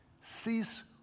Cease